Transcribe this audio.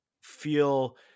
feel